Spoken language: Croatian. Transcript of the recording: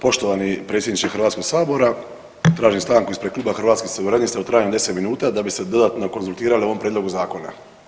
Poštovani predsjedniče HS tražim stanku ispred Kluba Hrvatskih suverenista u trajanju od 10 minuta da bi se dodatno konzultirali o ovom prijedlogu zakona.